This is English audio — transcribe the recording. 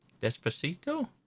Despacito